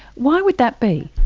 why would that be?